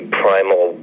primal